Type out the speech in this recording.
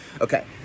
okay